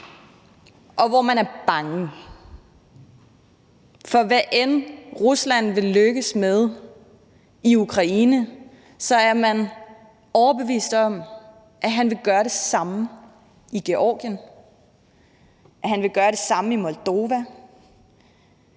og hvor man er bange, for hvad end Rusland og Putin vil lykkes med i Ukraine, så er man overbevist om, at han vil gøre det samme i Georgien, at han vil gøre det samme i Moldova.